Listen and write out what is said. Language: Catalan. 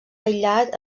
aïllat